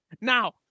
Now